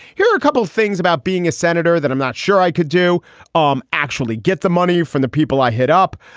here couple of things about being a senator that i'm not sure i could do um actually get the money from the people i hit up,